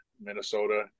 Minnesota